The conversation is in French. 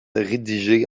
rédigé